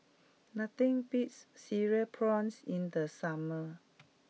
nothing beats having Cereal Prawns in the summer